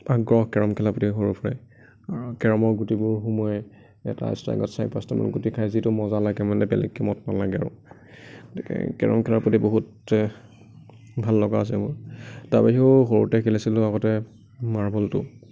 আগ্ৰহ কেৰম খেলাৰ প্ৰতি সৰুৰ পৰাই কেৰমৰ গুটিবোৰ সোমোৱাই এটা ষ্ট্ৰাইকত চাৰি পাঁচটামান গুটি খাই যিটো মজা লাগে মানে বেলেগ গেমত নালাগে আৰু গতিকে কেৰম খেলাৰ প্ৰতি বহুত ভাল লগা আছে মোৰ তাৰ বাহিৰেও সৰুতে খেলিছিলোঁ আগতে মাৰ্বলটো